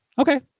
Okay